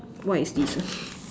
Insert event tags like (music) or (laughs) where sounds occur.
what is this ah (laughs)